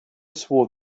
swore